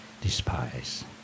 despise